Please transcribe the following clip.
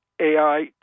AI